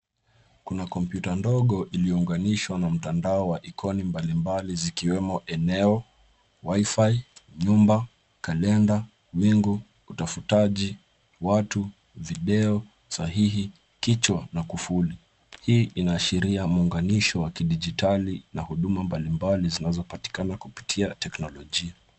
Kuna kompyuta ndogo iliyo unganishwa na mtandao wa ikoni mbalimbali zikiwemo eneo, cs[wi-fi]cs, nyumba, kalenda, wingu, utafutaji, watu, video, sahihi, kichwa na kufuli. Hii inaashiria muunganisho wa kidijitali na huduma mbalimbali zinazopatikana kupitia teknolojia.